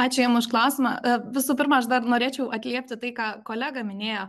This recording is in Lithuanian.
ačiū jam už klausimą visų pirma aš dar norėčiau atliepti tai ką kolega minėjo